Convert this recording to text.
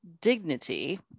dignity